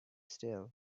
still